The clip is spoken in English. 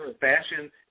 fashion